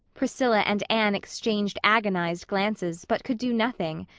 priscilla and anne exchanged agonized glances but could do nothing.